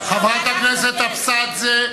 חברת הכנסת אבסדזה,